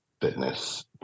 fitness